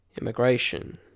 Immigration